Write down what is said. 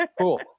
Cool